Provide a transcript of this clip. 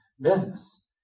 business